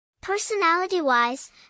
Personality-wise